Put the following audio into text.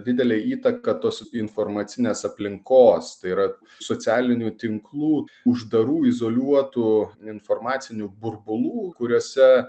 didelę įtaką tos informacinės aplinkos tai yra socialinių tinklų uždarų izoliuotų informacinių burbulų kuriuose